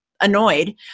annoyed